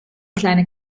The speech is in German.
kleine